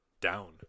down